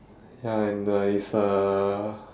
ya and the it's a